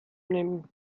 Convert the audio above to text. nehmen